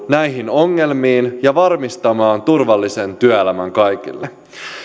näihin ongelmiin ja varmistamaan turvallisen työelämän kaikille